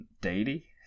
daily